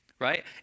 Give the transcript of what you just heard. right